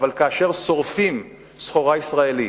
אבל כאשר שורפים סחורה ישראלית,